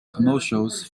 commercials